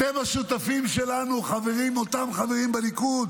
אתם השותפים שלנו חברים, אותם חברים בליכוד